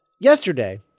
yesterday